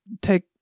take